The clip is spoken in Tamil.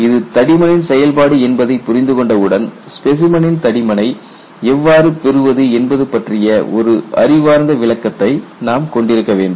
இது தடிமனின் செயல்பாடு என்பதை புரிந்துகொண்டவுடன் ஸ்பெசைமனின் தடிமனை எவ்வாறு பெறுவது என்பது பற்றிய ஒரு அறிவார்ந்த விளக்கத்தை நாம் கொண்டிருக்க வேண்டும்